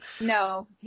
No